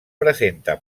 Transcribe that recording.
presenta